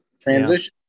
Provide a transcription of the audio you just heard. transition